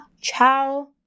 ciao